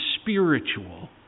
spiritual